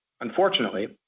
Unfortunately